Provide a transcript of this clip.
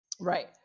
Right